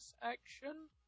action